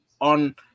on